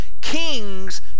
king's